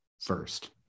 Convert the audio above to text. first